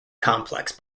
complex